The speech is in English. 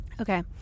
okay